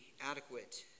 adequate